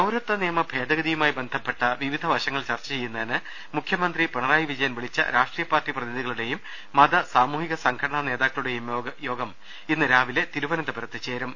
പൌരത്വനിയമ ഭേദഗതിയുമായി ബന്ധപ്പെട്ട വിവിധ വശങ്ങൾ ചർച്ചചെയ്യുന്നതിന് മുഖ്യമന്ത്രി പിണറായി വിജയൻ വിളിച്ച രാഷ്ട്രീയ പാർട്ടി പ്രതിനിധികളുടെയും മത സാമൂഹിക സംഘടനാ നേതാക്കളു ടെയും യോഗം ഇന്ന് രാവിലെ തിരുവനന്തപുരത്ത് ചേരും